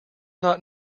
not